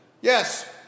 yes